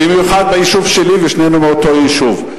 ובמיוחד ביישוב שלי, ושנינו מאותו יישוב.